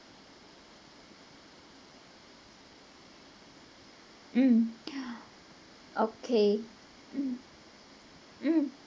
um okay mm mm